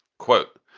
quote,